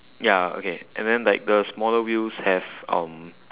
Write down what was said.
ya okay and then like the smaller wheels have um